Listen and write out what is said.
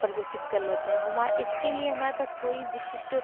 प्रदर्शित कर लेते हैं हमारा इसके लिए हमारे पास कोई विशिष्ट